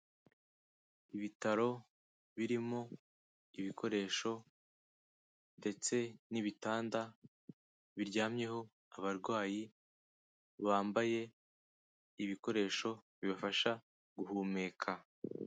Ibitaro birimo ibikoresho ndetse n'ibitanda biryamyeho abarwayi, bambaye ibikoresho bibafasha guhumeka.